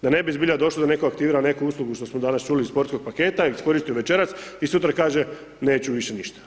Da ne bi zbija došlo da neko aktivira neku uslugu što smo danas čuli iz sportskog paketa, iskoristio večeras i sutra kaže neću više ništa.